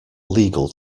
legal